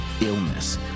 illness